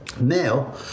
Now